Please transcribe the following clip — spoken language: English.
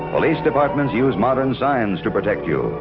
police departments use modern science to protect you,